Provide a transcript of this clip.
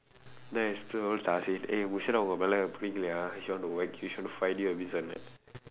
eh musharaffukku உன்ன வந்து பிடிக்கல:unna vandthu pidikkala she want to she want to fight with you this one-nu